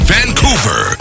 Vancouver